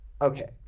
Okay